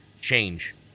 change